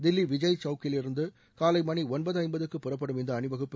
தில்லி விஜய் சவுக்கிலிருந்து காலை மணி ஒன்பது ஜம்பதுக்கு புறப்படும் இந்த அணிவகுப்பு